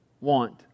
want